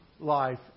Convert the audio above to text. life